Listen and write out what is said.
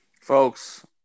Folks